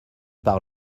par